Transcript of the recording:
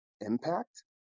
impact